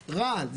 רעל,